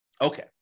Okay